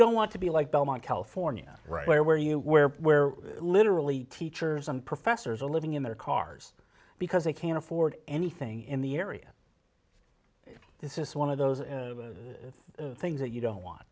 don't want to be like belmont california right where where you where where literally teachers and professors a living in their cars because they can't afford anything in the area this is one of those things that you don't want